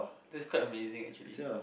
that's quite amazing actually